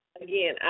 again